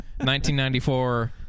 1994